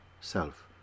Self